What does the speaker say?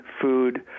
food